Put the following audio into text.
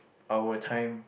our time